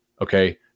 Okay